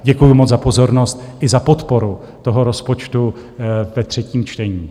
Děkuju moc za pozornost i za podporu toho rozpočtu ve třetím čtení.